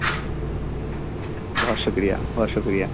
بہت شکریہ بہت شکریہ